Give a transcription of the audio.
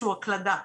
שהוא ההקלדה.